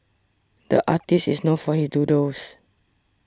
the artist is known for his doodles